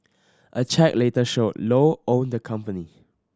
a check later showed Low owned the company